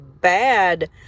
bad